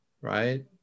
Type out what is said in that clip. right